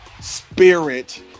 spirit